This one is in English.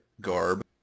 garb